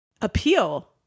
appeal